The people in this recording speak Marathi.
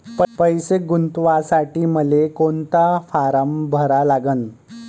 पैसे गुंतवासाठी मले कोंता फारम भरा लागन?